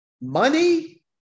Money